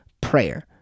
prayer